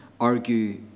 argue